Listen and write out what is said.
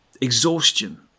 exhaustion